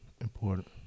important